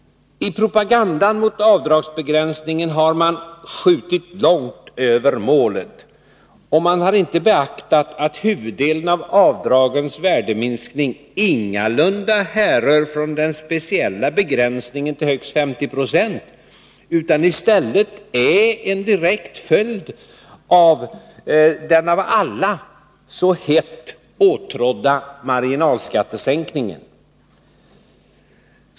I propagandan mot avdragsbegränsningen har man skjutit långt över målet. Man har inte beaktat att huvuddelen av avdragens värdeminskning ingalunda härrör från den speciella begränsningen till högst 50 96 utan i stället är en direkt följd av den av alla så hett åtrådda marginalskattesänkningen.